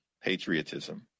patriotism